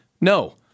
No